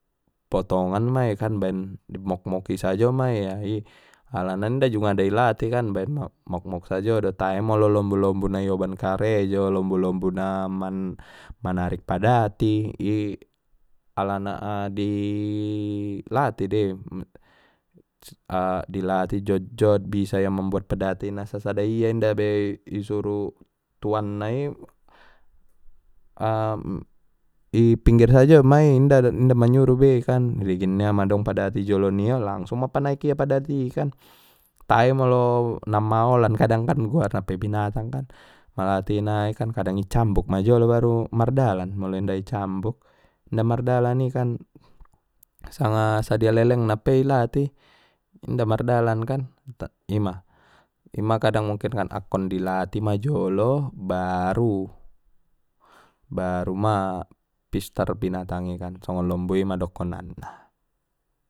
Potongan ma i kan baen momok i sajo ma ia i alana nda jung ada i latih kan baen na momok sajo do tai molo lombu lombu na ioban karejo lombu lombu na man manarik padati i, alana adi i latih dei, di latih jot jot bisa ia mambuat padati na sasada ia indabe i suru tuan nai, i pinggir sajo ma i inda manyuru be ligin ia ma adong padati i jolo nia langsung ma panaek ia padati i kan tae molo na maolan kadang harana guarna pe binatang kan malatihna nai kan kadang i cambuk ma jolo baru mardalan molo inda i cambuk, inda mardalan ikan sanga sajia lelengna na pe ilatih inda mardalan kan ima, ima kadang akkon i ltaih ma jolo baru, baru ma pistar ma binatang i songon lombu i ma dokonanna.